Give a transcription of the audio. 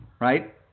right